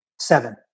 Seven